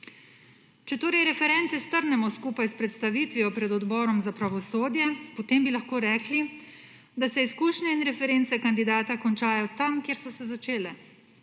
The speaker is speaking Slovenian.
Če torej reference strnemo skupaj s predstavitvijo pred Odborom za pravosodje, potem bi lahko rekli, da se izkušnje in reference kandidata končajo tam, kjer so se začele: